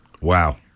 Wow